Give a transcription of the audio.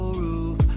roof